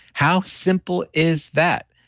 how simple is that?